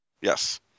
Yes